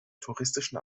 touristischen